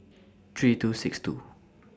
three two six two